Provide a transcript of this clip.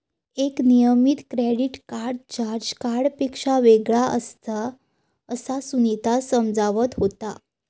एक नियमित credit card charge कार्डपेक्षा वेगळा असता, असा सुनीता समजावत होता